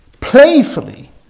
playfully